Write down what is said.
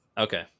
Okay